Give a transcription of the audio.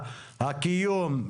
הקיום?